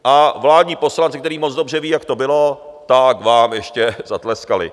A vládní poslanci, kteří moc dobře vědí, jak to bylo, tak vám ještě zatleskali.